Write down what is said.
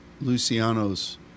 Luciano's